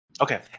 okay